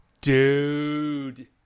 Dude